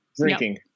drinking